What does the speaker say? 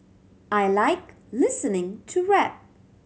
I like listening to rap